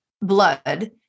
blood